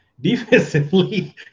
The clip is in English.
Defensively